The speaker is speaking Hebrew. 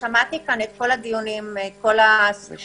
שמעתי כאן את כל הדיונים ואת כל השיחות.